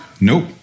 Nope